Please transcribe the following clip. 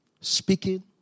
speaking